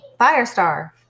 Firestar